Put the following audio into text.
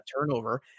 turnover